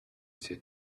said